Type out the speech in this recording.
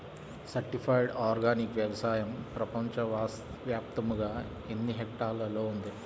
Certified organic వ్యవసాయం ప్రపంచ వ్యాప్తముగా ఎన్నిహెక్టర్లలో ఉంది?